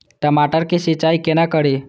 टमाटर की सीचाई केना करी?